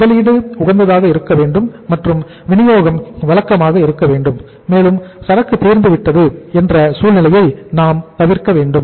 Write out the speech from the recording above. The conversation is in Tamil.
முதலீடு உகந்ததாக இருக்க வேண்டும் மற்றும் வினியோகம் வழக்கமாக இருக்க வேண்டும் மேலும் சரக்கு தீர்ந்துவிட்டது என்ற சூழ்நிலையையும் நாம் தவிர்க்க வேண்டும்